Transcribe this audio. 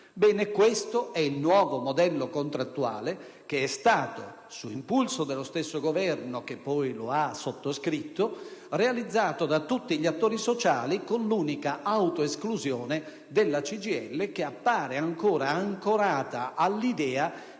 questo è il nuovo modello contrattuale che è stato, su impulso dello stesso Governo che poi lo ha sottoscritto, realizzato da tutti gli attori sociali, con l'unica autoesclusione della CGIL, che appare ancora ancorata all'idea